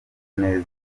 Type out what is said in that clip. neza